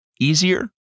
easier